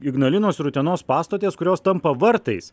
ignalinos ir utenos pastotės kurios tampa vartais